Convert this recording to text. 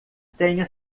tenha